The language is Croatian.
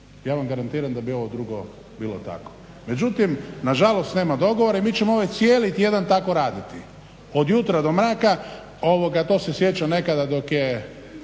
Ja vam garantiram da bi ovo drugo bilo tako. Međutim nažalost nema dogovora i mi ćemo ovaj cijeli tjedan tako raditi, od jutra do mraka, to se sjećam nekada dok je